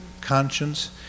conscience